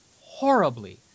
horribly